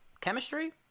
chemistry